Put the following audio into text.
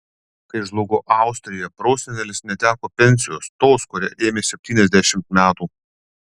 kai žlugo austrija prosenelis neteko pensijos tos kurią ėmė septyniasdešimt metų